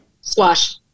Squash